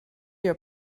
your